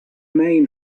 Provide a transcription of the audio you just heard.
main